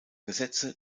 gesetze